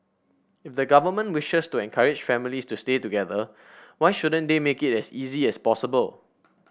if the government wishes to encourage families to stay together why shouldn't they make it as easy as possible